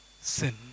sin